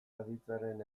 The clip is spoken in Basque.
aditzaren